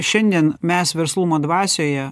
šiandien mes verslumo dvasioje